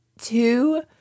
two